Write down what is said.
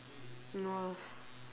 no ah